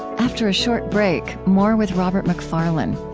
after a short break, more with robert macfarlane.